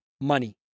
money